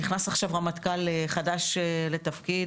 נכנס עכשיו רמטכ"ל חדש לתפקיד.